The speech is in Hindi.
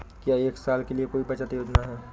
क्या एक साल के लिए कोई बचत योजना है?